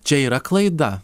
čia yra klaida